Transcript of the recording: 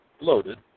loaded